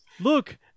look